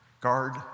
guard